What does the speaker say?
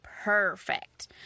Perfect